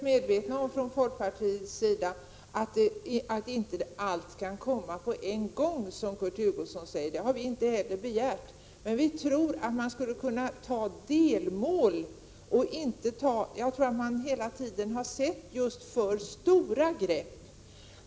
Herr talman! Vi är inom folkpartiet helt medvetna om att, som Kurt Hugosson säger, allt inte kan komma på en gång. Det har vi inte heller begärt, men vi anser att man skulle kunna sätta upp delmål. Jag tror att man hela tiden har velat ta för stora grepp.